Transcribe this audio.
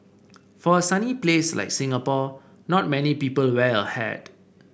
for a sunny place like Singapore not many people wear a hat